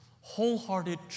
wholehearted